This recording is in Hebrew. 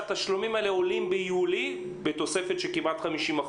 שהתשלומים האלה עולים ביולי בתוספת של כמעט 50%,